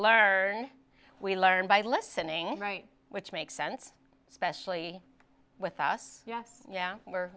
learn we learn by listening right which makes sense especially with us yes yeah we're